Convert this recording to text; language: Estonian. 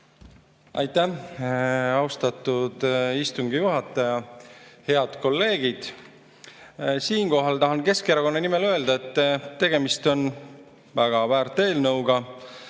Aitäh, austatud istungi juhataja! Head kolleegid! Tahan Keskerakonna nimel öelda, et tegemist on väga väärt eelnõuga.